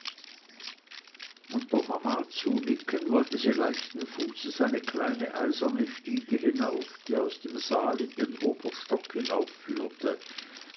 mama zunickend wollte sie leichten fußes eine kleine eiserne stiege hinauf die aus dem saal in den oberstock